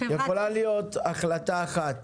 יכולה להיות החלטה אחת